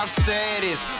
status